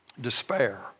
despair